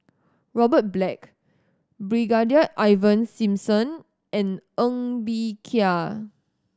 Robert Black Brigadier Ivan Simson and Ng Bee Kia